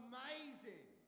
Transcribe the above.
Amazing